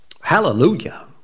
Hallelujah